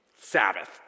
Sabbath